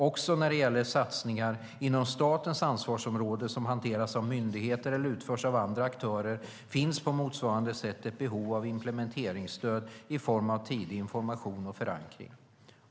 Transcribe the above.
Också när det gäller de satsningar inom statens ansvarsområden som hanteras av myndigheter, eller utförs av andra aktörer, finns på motsvarande sätt ett behov av implementeringsstöd i form av tidig information och förankring.